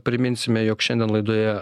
priminsime jog šiandien laidoje